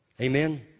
Amen